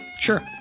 Sure